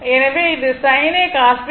எனவே இது sin a cos b cos a sin b